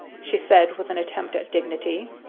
she said, with an attempt at dignity.